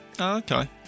Okay